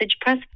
press